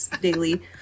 daily